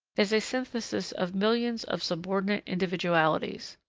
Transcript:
is a synthesis of millions of subordinate individualities.